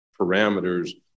parameters